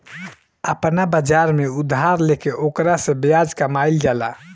आपना बाजार में उधार देके ओकरा से ब्याज कामईल जाला